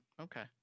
Okay